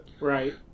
Right